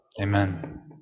Amen